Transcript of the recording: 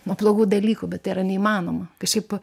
nuo blogų dalykų bet tai yra neįmanoma kažkaip